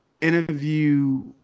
interview